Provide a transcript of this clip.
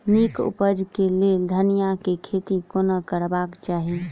नीक उपज केँ लेल धनिया केँ खेती कोना करबाक चाहि?